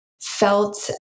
felt